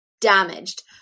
damaged